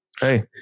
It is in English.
Hey